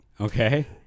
Okay